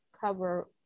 cover